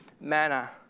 manner